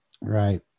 Right